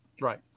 Right